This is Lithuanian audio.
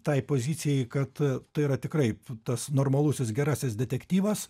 tai pozicijai kad tai yra tikrai tas normalusis gerasis detektyvas